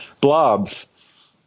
blobs